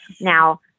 Now